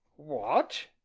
what!